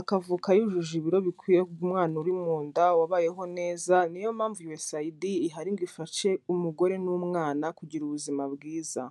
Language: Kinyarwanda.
akavuka yujuje ibiro bikwiye guha umwana uri munda wabayeho neza. Ni yo mpamvu yuzesa ayidi ihari ngo ifashe umugore n'umwana kugira ubuzima bwiza.